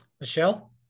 Michelle